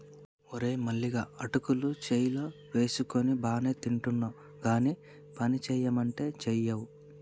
ఓరే మల్లిగా అటుకులు చాయ్ లో వేసుకొని బానే తింటున్నావ్ గానీ పనిసెయ్యమంటే సెయ్యవ్